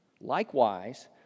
Likewise